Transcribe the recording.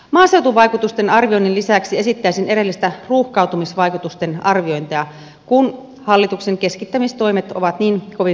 maaseutuvaikutusten arvioinnin lisäksi esittäisin erillistä ruuhkautumisvaikutusten arviointia kun hallituksen keskittämistoimet ovat niin kovin voimallisia